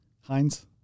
Heinz